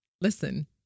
Listen